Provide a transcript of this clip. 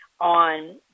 on